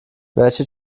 welche